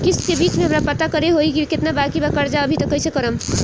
किश्त के बीच मे हमरा पता करे होई की केतना बाकी बा कर्जा अभी त कइसे करम?